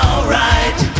Alright